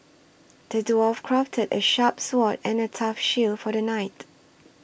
the dwarf crafted a sharp sword and a tough shield for the knight